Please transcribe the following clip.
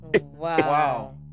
Wow